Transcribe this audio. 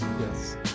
yes